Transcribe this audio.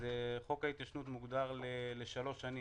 חוק ההתיישנות מוגדר לשלוש שנים.